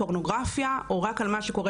לדבר רק על פורנוגרפיה או רק על מה שקורה